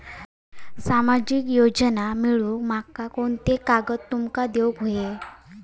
सामाजिक योजना मिलवूक माका कोनते कागद तुमका देऊक व्हये?